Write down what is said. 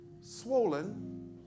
swollen